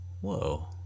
Whoa